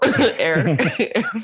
Eric